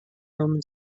roman